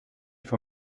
für